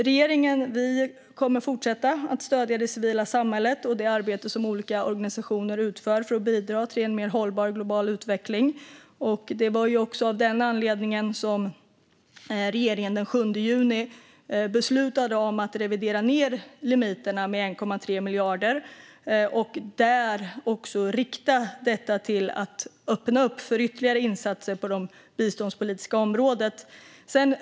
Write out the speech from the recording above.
Regeringen kommer att fortsätta att stödja det civila samhället och det arbete som olika organisationer utför för att bidra till en mer hållbar global utveckling. Det var också av den anledningen som regeringen den 7 juni beslutade om att revidera ned limiterna med 1,3 miljarder och där rikta detta till att öppna för ytterligare insatser på det biståndspolitiska området.